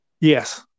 Yes